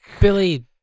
Billy